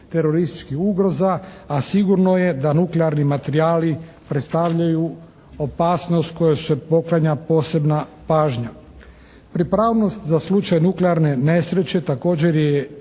terorističkih ugroza, a sigurno je da nuklearni materijali predstavljaju opasnost kojoj se poklanja osobita pažnja. Pripravnost za slučaj nuklearne nesreće također je u